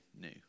new